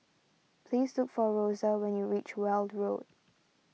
please look for Rosa when you reach Weld Road